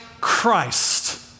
Christ